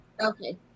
Okay